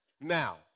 Now